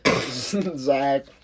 zach